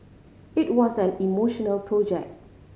it was an emotional project